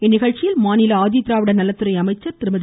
இந்நிகழ்ச்சியில் மாநில ஆதி திராவிட நலத்துறை அமைச்சர் திருமதி